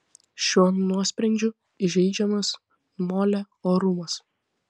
šiuo nuosprendžiu įžeidžiamas molė orumas